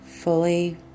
fully